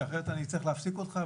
כי אחרת, אני צריך להפסיק אותך.